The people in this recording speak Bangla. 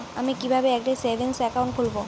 আমি কিভাবে একটি সেভিংস অ্যাকাউন্ট খুলব?